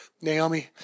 Naomi